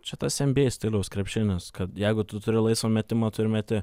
čia tas nba stiliaus krepšinis kad jeigu tu turi laisvą metimą tu ir meti